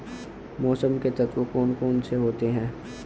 मौसम के तत्व कौन कौन से होते हैं?